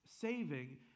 Saving